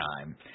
time